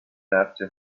after